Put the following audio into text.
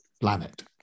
planet